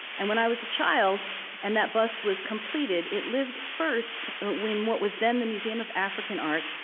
and when i was a child and that bus was completed, it lived first, when what was then the museum of african art,